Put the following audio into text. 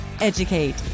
Educate